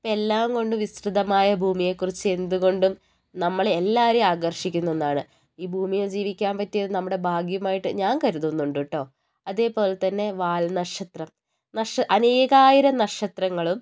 എല്ലാംകൊണ്ടും വിസ്തൃതമായ ഭൂമിയെക്കുറിച്ച് എന്തുകൊണ്ടും നമ്മളെ എല്ലാവരെയും ആകർഷിക്കുന്ന ഒന്നാണ് ഈ ഭൂമിയിൽ ജീവിക്കാൻ പറ്റിയത് നമ്മുടെ ഭാഗ്യമായിട്ട് ഞാൻ കരുതുന്നുണ്ട് കേട്ടോ അതേപോലെത്തന്നെ വാൽനക്ഷത്രം നക്ഷത്രം അനേകായിരം നക്ഷത്രങ്ങളും